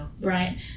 Right